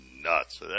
nuts